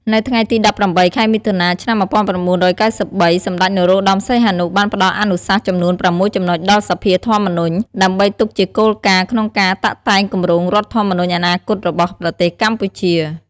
នៅថ្ងៃទី១៨ ខែមិថុនា ឆ្នាំ១៩៩៣ សម្តេច នរោត្តម សីហនុ បានផ្តល់អនុសាសន៍ចំនួន៦ចំណុចដល់សភាធម្មនុញ្ញ ដើម្បីទុកជាគោលការណ៍ក្នុងការតាក់តែងគម្រោងរដ្ឋធម្មនុញ្ញអនាគតរបស់ប្រទេសកម្ពុជា។